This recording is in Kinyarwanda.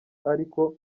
ariko